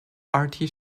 artie